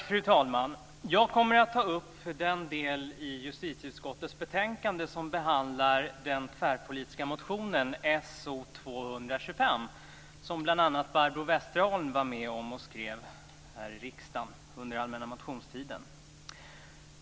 Fru talman! Jag kommer att ta upp den del i justitieutskottets betänkande som behandlar den tvärpolitiska motionen So225, som bl.a. Barbro Westerholm var med om att skriva här i riksdagen under allmänna motionstiden.